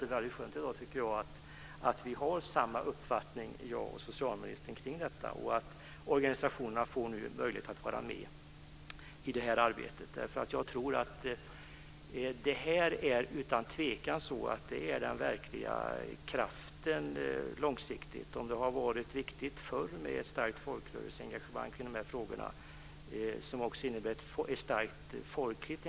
Det känns skönt att socialministern och jag i dag har samma uppfattning om detta och att organisationerna nu får möjlighet att vara med i arbetet. Det är utan tvivel långsiktigt en verklig kraftkälla. Om det förut har varit viktigt med ett starkt folkrörelseengagemang och folkligt engagemang i dessa frågor är det än viktigare i dag.